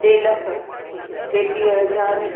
टे लख टेटीह हज़ार